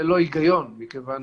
וללא הגיון, מכיוון